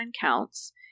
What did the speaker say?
counts